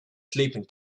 sleeping